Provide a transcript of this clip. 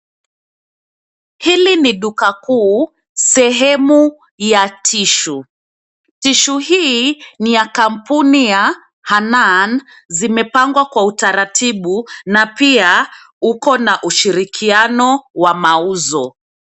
Hii ni duka kuu, sehemu ya cs[tissue]cs. cs[Tissue]cs hii ni ya kampuni ya Hanan, zimepangwa kwa utaratibu na pia uko na ushirikiano wa mauzo.